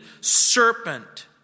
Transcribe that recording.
serpent